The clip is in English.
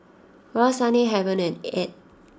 Roseanne Heaven and Edd